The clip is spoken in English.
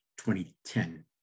2010